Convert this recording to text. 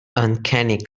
uncanny